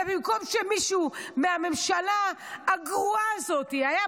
ובמקום שמישהו בממשלה הגרועה הזאת יבוא